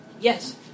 Yes